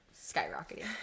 skyrocketing